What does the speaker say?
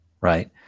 right